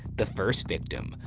the first victim,